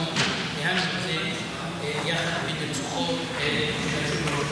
אנחנו ניהלנו את זה יחד בניצוחו של היושב-ראש.